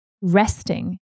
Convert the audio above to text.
resting